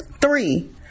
Three